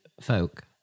folk